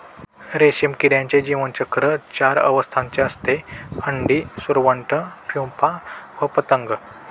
रेशीम किड्याचे जीवनचक्र चार अवस्थांचे असते, अंडी, सुरवंट, प्युपा व पतंग